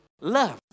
love